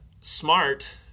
smart